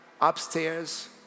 upstairs